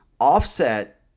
Offset